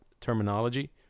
terminology